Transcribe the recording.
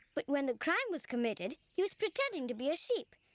but when the crime was committed he was pretending to be a sheep,